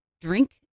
drink